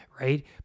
right